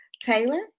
Taylor